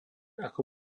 ako